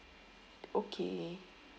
okay